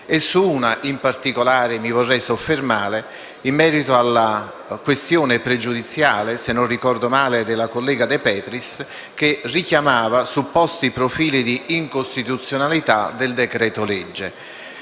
Su una in particolare mi vorrei soffermare, e cioè in merito alla questione pregiudiziale - se non ricordo male - della collega De Petris, che richiamava supposti profili di incostituzionalità del decreto-legge.